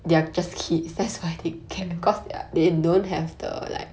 mm